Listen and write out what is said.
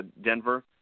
Denver